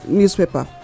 newspaper